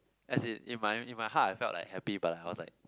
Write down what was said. as in in my in my heart I felt like happy but I was like